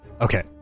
Okay